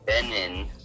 Benin